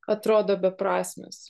atrodo beprasmės